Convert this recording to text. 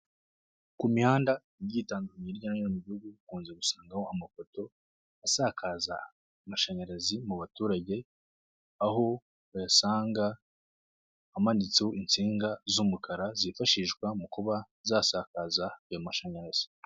Ku mihanda igiye itandukanye hirya no hino mu gihugu, ukunze gusangaho amapoto asakaza amashanyarazi mu baturage, aho bayasanga amanitseho insinga z'umukara zifashishwa mu kuba zasakaza ayo mashanyarazi.